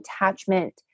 attachment